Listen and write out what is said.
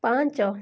ପାଞ୍ଚ